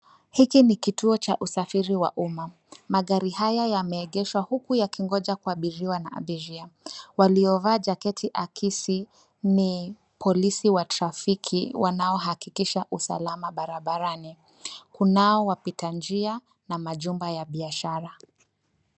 Hiki ni kituo cha usafiri wa umma. Magari haya yameegeshwa huku yakingoja kuabiriwa na abiria waliovaa jaketi akisi ni polisi wa trafiki wanaohakikisha usalama barabarani. Kunao wapita njia na majumba ya biashara.